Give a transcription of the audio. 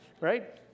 Right